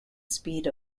speed